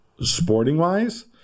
sporting-wise